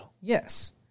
yes